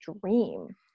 dream